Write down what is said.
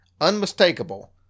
unmistakable